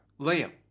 Liam